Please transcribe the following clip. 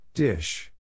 Dish